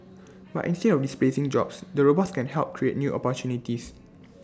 but instead of displacing jobs the robots can help create new opportunities